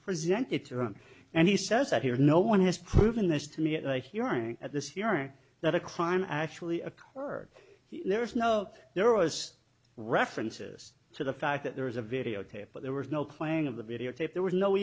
presented to him and he says that here no one has proven this to me at the hearing at this hearing that a crime actually occurred here there is no there was references to the fact that there was a videotape but there was no planning of the videotape there was no